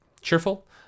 cheerful